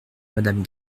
madame